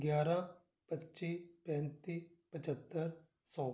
ਗਿਆਰਾਂ ਪੱਚੀ ਪੈਂਤੀ ਪੰਝੱਤਰ ਸੌ